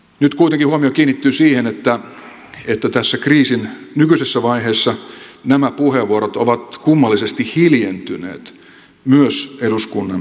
nyt kuitenkin huomio kiinnittyy siihen että tässä kriisin nykyisessä vaiheessa nämä puheenvuorot ovat kummallisesti hiljentyneet myös eduskunnan osalta